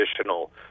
additional